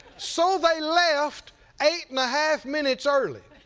so they left eight and half minutes early.